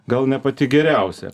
gal ne pati geriausia